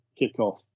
kickoff